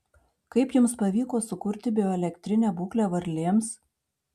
kaip jums pavyko sukurti bioelektrinę būklę varlėms